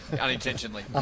Unintentionally